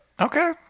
Okay